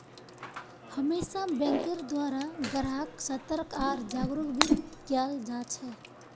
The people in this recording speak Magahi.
हमेशा बैंकेर द्वारा ग्राहक्क सतर्क आर जागरूक भी कियाल जा छे